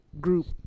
group